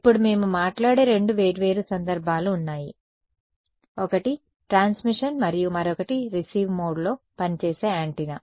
ఇప్పుడు మేము మాట్లాడే రెండు వేర్వేరు సందర్భాలు ఉన్నాయి ఒకటి ట్రాన్స్మిషన్ మరియు మరొకటి రిసీవ్ మోడ్లో పనిచేసే యాంటెన్నా